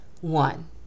One